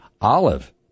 Olive